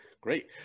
Great